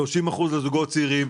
30% לזוגות צעירים,